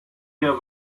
der